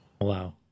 Wow